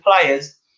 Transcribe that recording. players